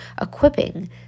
equipping